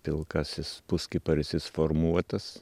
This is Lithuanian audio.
pilka tasis puskiparisis formuotas